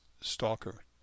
stalker